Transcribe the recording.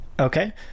okay